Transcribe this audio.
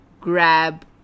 grab